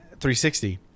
360